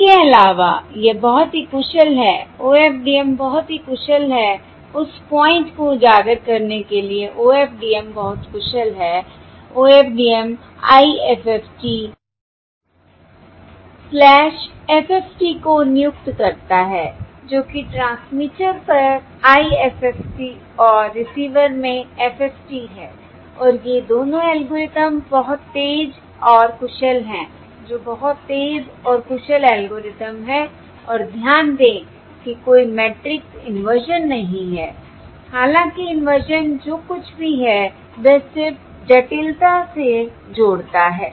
इसके अलावा यह बहुत ही कुशल है OFDM बहुत ही कुशल है उस पॉइंट को उजागर करने के लिए OFDM बहुत कुशल है OFDM IFFT FFT को नियुक्त करता है जो कि ट्रांसमीटर पर IFFT और रिसीवर में FFT हैं और ये दोनों एल्गोरिदम बहुत तेज और कुशल हैं जो बहुत तेज और कुशल एल्गोरिदम हैं और ध्यान दें कि कोई मैट्रिक्स इन्वर्सन नहीं है हालांकि इन्वर्सन जो कुछ भी है यह सिर्फ जटिलता से जोड़ता है